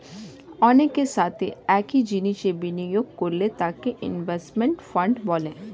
অনেকের সাথে একই জিনিসে বিনিয়োগ করলে তাকে ইনভেস্টমেন্ট ফান্ড বলে